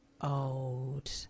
old